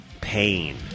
Pain